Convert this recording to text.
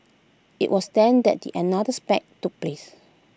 IT was then that another spat took place